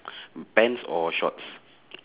pants or shorts